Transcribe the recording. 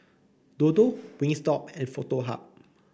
Dodo Wingstop and Foto Hub